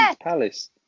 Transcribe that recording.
Palace